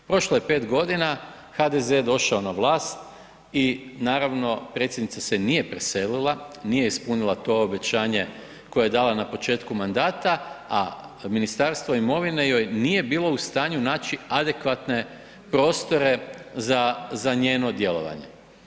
Prošlo je 5 godina, HDZ je došao na vlast i naravno, predsjednica se nije preselila, nije ispunila to obećanje koje je dala na početku mandata, a Ministarstvo imovine joj nije bilo u stanju naći adekvatne prostore za njeno djelovanje.